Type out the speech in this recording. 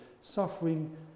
suffering